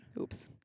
Oops